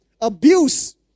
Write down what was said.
abuse